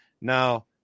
Now